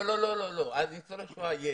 לא, לא, אז ניצולי שואה יש